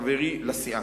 חברי לסיעה,